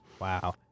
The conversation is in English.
Wow